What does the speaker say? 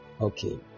okay